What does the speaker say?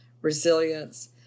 resilience